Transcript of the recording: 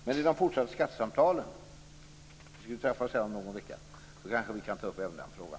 Men i de fortsatta skattesamtalen - vi skall ju träffas om någon vecka - kanske vi kan ta upp även den frågan.